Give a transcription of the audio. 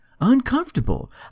uncomfortable